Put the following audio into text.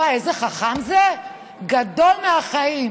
וואי, איזה חכם זה, גדול מהחיים.